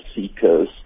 seekers